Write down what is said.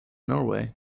norway